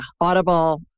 Audible